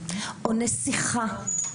או "נסיכה",